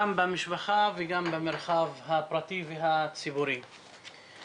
גם במשפחה וגם במרחב הפרטי והציבורי.